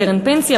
קרן פנסיה,